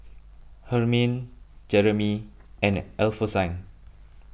Hermine Jeramy and Alphonsine